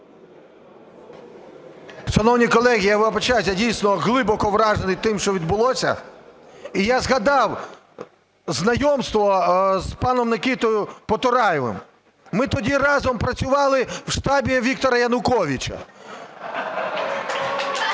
я вибачаюся, я дійсно глибоко вражений тим, що відбулося. І я згадав знайомство з паном Микитою Потураєвим. Ми тоді разом працювали в штабі Віктора Януковича.